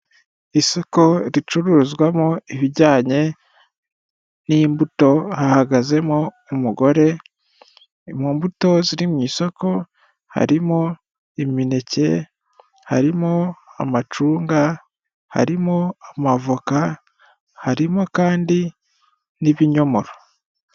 Isoko ricuruzwamo ibijyanye n'imbuto, hahagazemo umugore. Mu mbuto ziri mu isoko harimo imineke, harimo amacunga, harimo amavoka, harimo kandi n'ibinyomoro.